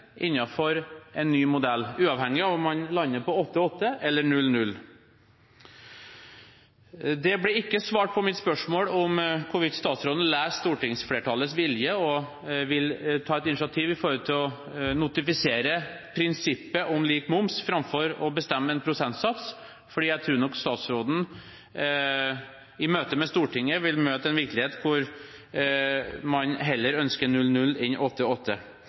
en ny modell, uavhengig om man lander på 8–8 eller 0–0? Det ble ikke svart på mitt spørsmål om hvorvidt statsråden leser stortingsflertallets vilje og vil ta et initiativ for å notifisere prinsippet om lik moms framfor å bestemme en prosentsats. Jeg tror nok statsråden i møte med Stortinget vil møte en virkelighet hvor man heller ønsker